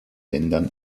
ländern